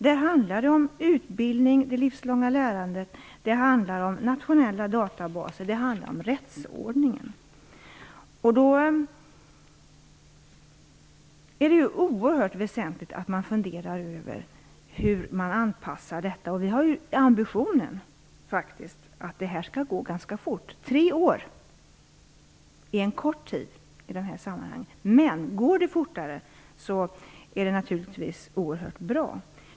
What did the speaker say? Det handlar om utbildning, om det livslånga lärandet, om nationella databaser och om rättsordningen. Det är oerhört väsentligt att man funderar över hur anpassningen skall ske. Vi har faktiskt ambitionen att det här skall gå ganska fort. Tre år är en kort tid i detta sammanhang, men om det går fortare, är det naturligtvis oerhört bra.